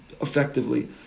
effectively